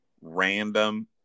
random